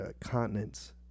continents